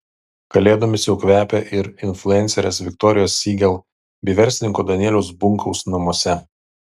kalėdomis jau kvepia ir influencerės viktorijos siegel bei verslininko danieliaus bunkaus namuose